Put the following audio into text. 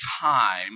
time